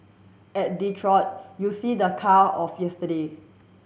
at Detroit you see the car of yesterday